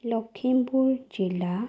লখিমপুৰ জিলা